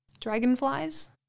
dragonflies